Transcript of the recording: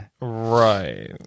Right